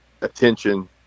attention